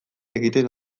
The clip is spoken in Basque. egiten